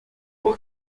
por